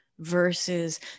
Versus